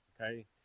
okay